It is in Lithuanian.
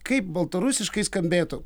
kaip baltarusiškai skambėtų